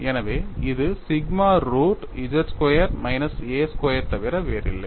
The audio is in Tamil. எனவே இது sigma root z square minus a square தவிர வேறில்லை